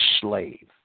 slave